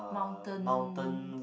mountain